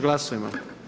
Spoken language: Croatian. Glasujmo.